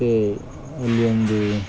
ಮತ್ತು ಅಲ್ಲಿ ಒಂದು